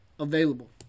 Available